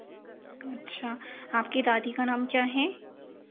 अच्छा आपके दादी का नाम क्या है